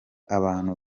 abantu